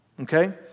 Okay